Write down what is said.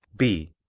b.